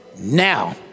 Now